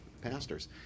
pastors